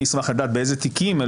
אני אשמח לדעת באיזה תיקים.